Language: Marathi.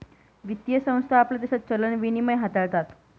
वित्तीय संस्था आपल्या देशात चलन विनिमय हाताळतात